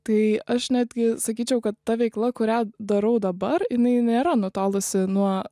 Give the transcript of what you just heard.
tai aš netgi sakyčiau kad ta veikla kurią darau dabar jinai nėra nutolusi nuo